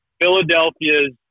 Philadelphia's